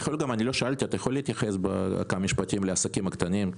אתה יכול להתייחס בכמה משפטים לעסקים הקטנים?